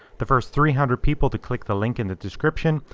the first three hundred people to click the link in the description,